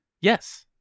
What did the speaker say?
Yes